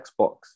Xbox